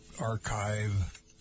archive